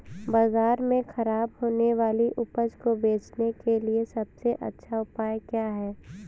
बाजार में खराब होने वाली उपज को बेचने के लिए सबसे अच्छा उपाय क्या है?